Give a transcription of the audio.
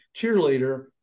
cheerleader